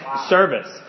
service